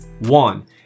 One